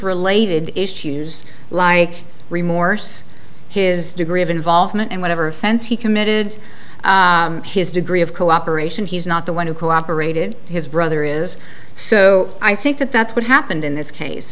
related issues like re morse his degree of involvement in whatever offense he committed his degree of cooperation he's not the one who cooperated his brother is so i think that that's what happened in this case